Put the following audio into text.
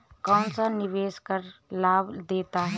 कौनसा निवेश कर लाभ देता है?